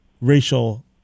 racial